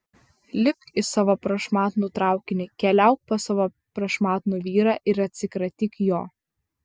lipk į savo prašmatnų traukinį keliauk pas savo prašmatnų vyrą ir atsikratyk jo